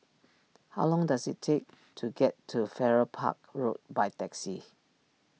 how long does it take to get to Farrer Park Road by taxi